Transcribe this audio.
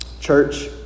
Church